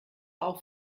auch